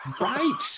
Right